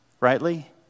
rightly